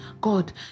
God